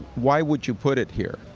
why would you put it here?